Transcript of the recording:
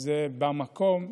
זה במקום.